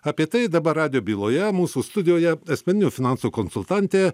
apie tai dabar radijo byloje mūsų studijoje asmeninių finansų konsultantė